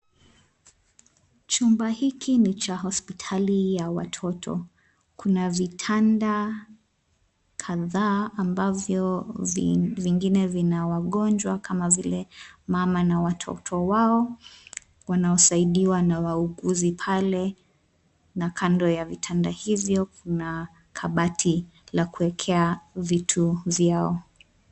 Chumba hiki ni cha hospitali ya watoto. Kuna vitanda kadhaa ambavyo vingine vina wagonjwa kama vile mama na watoto wao wanaosaidiwa na wauguzi pale, na kando ya vitanda hivyo kuna kabati la kuwekea vitu vyao.